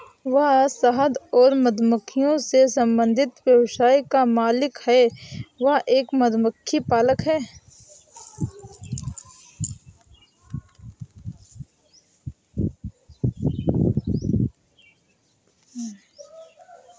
वह शहद और मधुमक्खियों से संबंधित व्यवसाय का मालिक है, वह एक मधुमक्खी पालक है